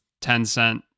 Tencent